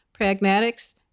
pragmatics